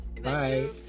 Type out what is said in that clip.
Bye